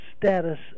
status